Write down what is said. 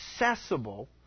accessible